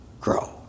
grow